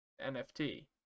NFT